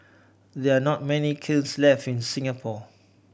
there're not many kilns left in Singapore